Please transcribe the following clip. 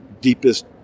deepest